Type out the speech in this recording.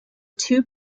two